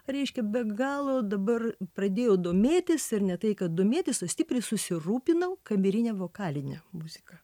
reiškia be galo dabar pradėjau domėtis ir ne tai kad domėtis o stipriai susirūpinau kamerine vokaline muzika